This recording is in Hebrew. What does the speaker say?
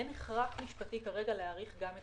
אין הכרח משפטי כרגע להאריך גם את